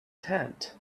tent